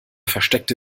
versteckte